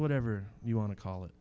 whatever you want to call it